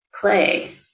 play